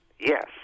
Yes